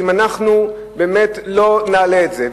שאם אנחנו לא נעלה את זה,